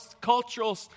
cultural